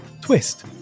twist